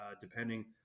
depending